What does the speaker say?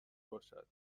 باشد